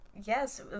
Yes